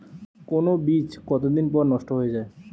কোন বীজ কতদিন পর নষ্ট হয়ে য়ায়?